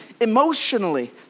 emotionally